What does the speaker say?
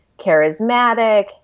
charismatic